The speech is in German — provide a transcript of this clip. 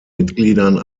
mitgliedern